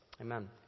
Amen